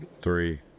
Three